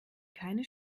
keine